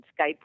Skype